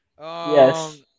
Yes